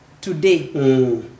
today